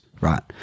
right